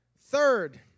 Third